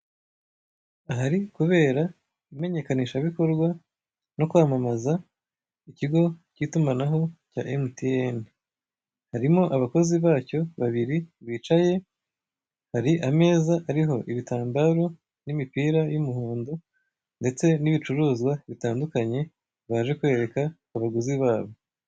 Ahari kubera imenyekanishabikorwa no kwamamaza ku kigo cy'itumanaho rya mtn. Harimo abakozi bacyo babiri bicaye, hari ameza ariho ibitambari n'imipira y'imihondo, ndetse n'ibicuruzwa bitandukanye baje kwereka abaguzi babo.